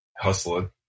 hustling